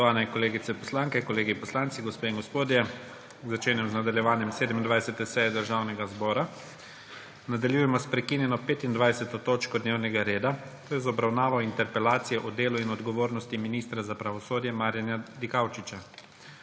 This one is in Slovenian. kolegice poslanke, kolegi poslanci, gospe in gospodje! Začenjam z nadaljevanjem 27. seje Državnega zbora. Nadaljujemo sprekinjeno 25. točko dnevnega reda, to je z obravnavo Interpelacije o delu in odgovornosti ministra za pravosodje Marjana Dikaučiča.